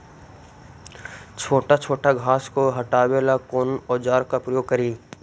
छोटा छोटा घास को हटाबे ला कौन औजार के प्रयोग करि?